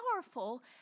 powerful